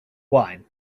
wine